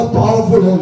powerful